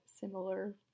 similar